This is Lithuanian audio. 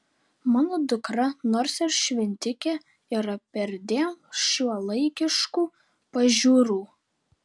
mano dukra nors ir šventikė yra perdėm šiuolaikiškų pažiūrų